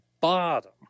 bottom